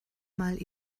mal